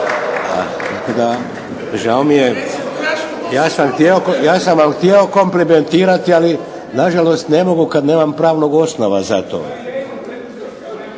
tako da žao mi je. Ja sam vam htio komplimentirati, ali na žalost ne mogu kad nemam pravnog osnova za to.